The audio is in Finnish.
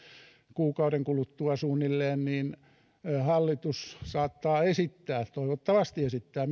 kuukauden kuluttua suunnilleen hallitus saattaa esittää toivottavasti esittää